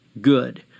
good